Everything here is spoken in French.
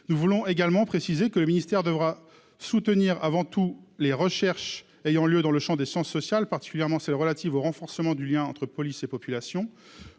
nous voulons également précisé que le ministère devra soutenir avant tout les recherches ayant lieu dans le Champ des sciences sociales, particulièrement celles relatives au renforcement du lien entre police et population,